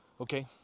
Okay